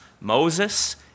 Moses